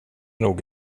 nog